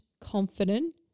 confident